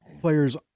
players